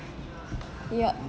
ya